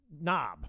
knob